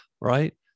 right